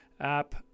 app